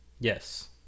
Yes